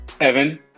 Evan